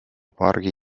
pargi